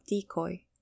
decoy